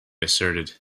asserted